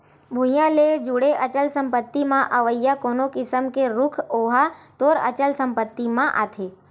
भुइँया ले जुड़े अचल संपत्ति म अवइया कोनो किसम के रूख ओहा तोर अचल संपत्ति म आथे